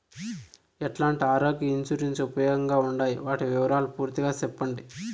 ఎట్లాంటి ఆరోగ్య ఇన్సూరెన్సు ఉపయోగం గా ఉండాయి వాటి వివరాలు పూర్తిగా సెప్పండి?